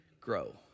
grow